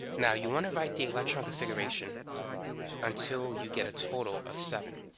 now you want to write the electron configuration until you get a total of seven.